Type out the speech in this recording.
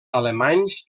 alemanys